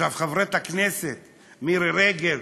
חברת הכנסת מירי רגב